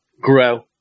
grow